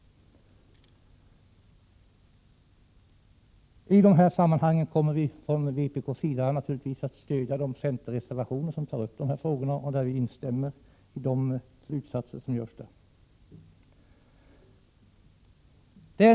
I dessa sammanhang kommer vpk naturligtvis att stödja de centerreservationer vari dessa frågor tas upp. Vi instämmer i de slutsatser som där dras.